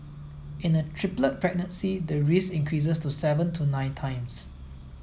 in a triplet pregnancy the risk increases to seven to nine times